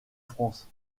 france